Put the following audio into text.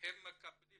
הם מקבלים